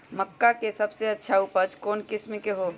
मक्का के सबसे अच्छा उपज कौन किस्म के होअ ह?